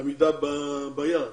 עמידה ביעד.